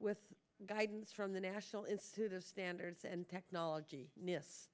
with guidance from the national institute of standards and technology nist